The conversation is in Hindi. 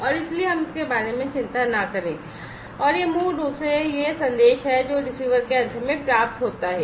और इसलिए हम इसके बारे में चिंता न करें और यह मूल रूप से यह संदेश है जो रिसीवर के अंत में प्राप्त होता है